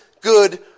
good